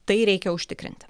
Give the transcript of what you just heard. tai reikia užtikrinti